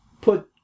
put